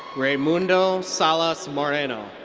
raymundo salas-moreno.